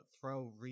throw